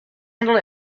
handled